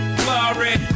glory